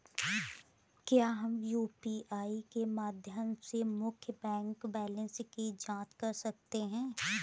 क्या हम यू.पी.आई के माध्यम से मुख्य बैंक बैलेंस की जाँच कर सकते हैं?